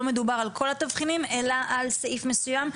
לא מדובר על כל התבחינים אלא על סעיף מסוים.